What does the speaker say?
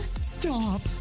Stop